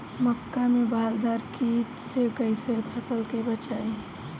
मक्का में बालदार कीट से कईसे फसल के बचाई?